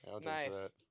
nice